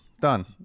Done